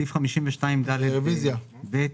בסעיף 52ד(ב),